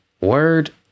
word